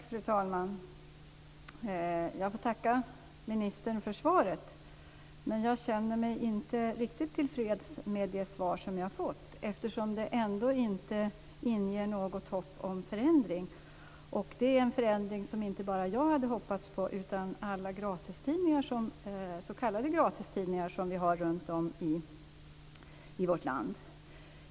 Fru talman! Jag får tacka ministern för svaret. Jag känner mig inte riktigt tillfreds med det svar jag har fått, eftersom det inte inger något hopp om förändring. Det är en förändring som inte bara jag utan också alla s.k. gratistidningar som vi har runtom i vårt land hade hoppats på.